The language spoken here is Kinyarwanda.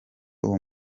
uwo